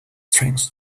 strength